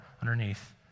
underneath